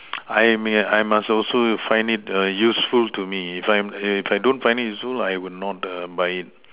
I may I must also find it useful to me if I'm if I don't find it useful I will not buy it